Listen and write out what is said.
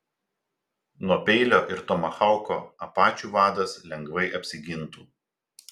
nuo peilio ir tomahauko apačių vadas lengvai apsigintų